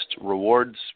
rewards